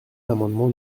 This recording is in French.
l’amendement